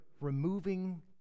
removing